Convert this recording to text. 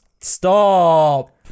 Stop